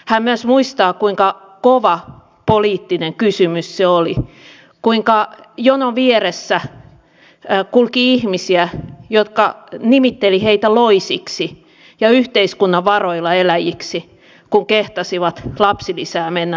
hän myös muistaa kuinka kova poliittinen kysymys se oli kuinka jonon vieressä kulki ihmisiä jotka nimittelivät heitä loisiksi ja yhteiskunnan varoilla eläjiksi kun kehtasivat lapsilisää mennä nostamaan